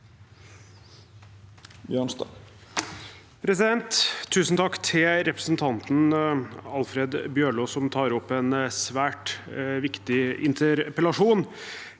Tusen takk til re- presentanten Alfred Bjørlo, som tar opp en svært viktig interpellasjon.